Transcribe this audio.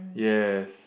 yes